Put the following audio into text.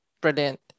Brilliant